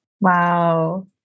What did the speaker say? Wow